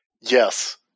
Yes